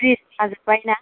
bridge जाजोबबाय ना